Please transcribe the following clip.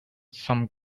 some